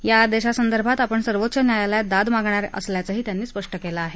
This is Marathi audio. या आदेशासंदर्भात आपण सर्वोच्च न्यायालयात दाद मागणारी असल्याचंही त्यांनी स्पष्ट केलं आहे